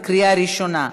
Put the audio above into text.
בקריאה ראשונה.